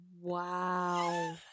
Wow